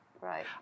right